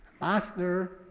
master